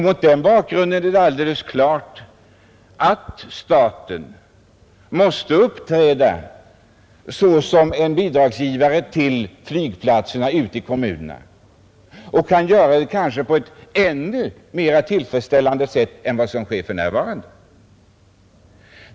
Mot den bakgrunden är det alldeles klart att staten måste uppträda såsom bidragsgivare till flygplatserna i kommunerna, och den kanske kan göra det på ett ännu mer tillfredsställande sätt än som för närvarande sker.